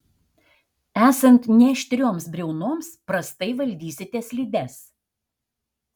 esant neaštrioms briaunoms prastai valdysite slides